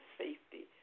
safety